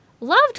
loved